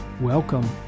Welcome